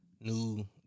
new